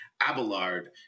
Abelard